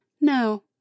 No